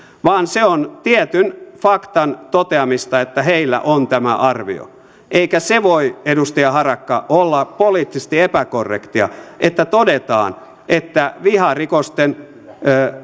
vaan se on tietyn faktan toteamista että heillä on tämä arvio eikä se voi edustaja harakka olla poliittisesti epäkorrektia että todetaan että viharikosten